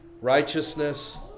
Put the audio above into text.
righteousness